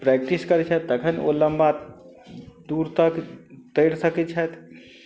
practice करय छथि तखन ओ लम्बा दूर तक तैर सकय छथि